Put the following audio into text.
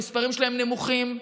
המספרים נמוכים.